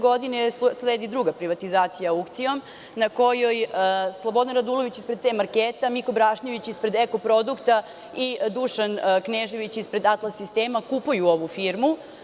Godine 2004. sledi druga privatizacija aukcijom, na kojoj Slobodan Radulović ispred „C marketa“, Miko Brašnjević ispred „EKO-Produkta“ i Dušan Knežević ispred „Atlas-sistema“, kupuju ovu firmu.